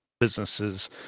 businesses